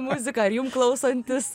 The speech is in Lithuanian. muziką ar jum klausantis